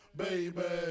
baby